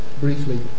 briefly